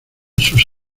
sus